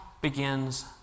begins